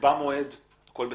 תקבע מועד - הכול בסדר,